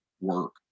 work